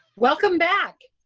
welcome back.